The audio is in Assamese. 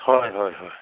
হয় হয় হয়